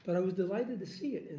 but i was delighted to see it.